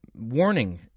warning